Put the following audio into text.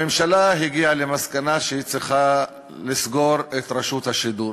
הממשלה הגיעה למסקנה שהיא צריכה לסגור את רשות השידור,